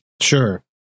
Sure